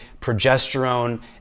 progesterone